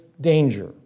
danger